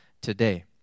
today